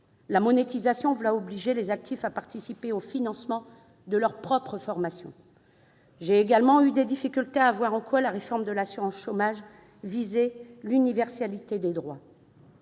La monétisation va obliger les actifs à participer au financement de leur propre formation. J'ai également rencontré des difficultés à voir en quoi la réforme de l'assurance chômage visait l'universalité des droits.